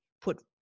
put